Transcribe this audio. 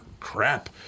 crap